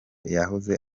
yahoze